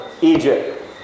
Egypt